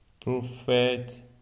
Prophet